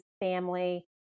family